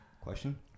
question